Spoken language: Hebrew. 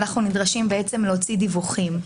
אנחנו נדרשים להוציא דיווחים.